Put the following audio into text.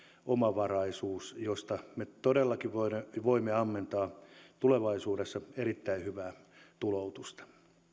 omavaraisuus josta me todellakin voimme voimme ammentaa tulevaisuudessa erittäin hyvää tuloutusta